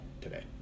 today